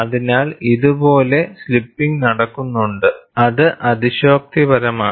അതിനാൽ ഇതുപോലെ സ്ലിപ്പിംഗ് നടക്കുന്നുണ്ട്അത് അതിശയോക്തിപരമാണ്